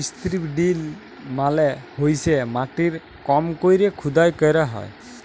strip drill মালে হইসে মাটির কম কইরে খুদাই ক্যইরা হ্যয়